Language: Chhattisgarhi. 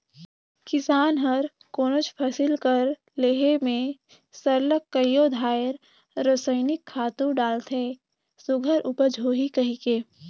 किसान हर कोनोच फसिल कर लेहे में सरलग कइयो धाएर रसइनिक खातू डालथे सुग्घर उपज होही कहिके